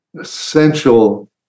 essential